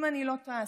אם אני לא טועה,